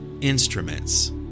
instruments